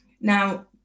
Now